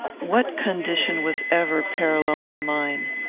what condition was ever parallel to mine?